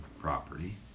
property